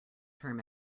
term